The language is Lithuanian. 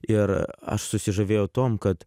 ir aš susižavėjau tuom kad